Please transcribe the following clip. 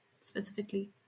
specifically